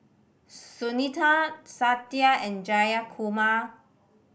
Sunita Satya and Jayakumar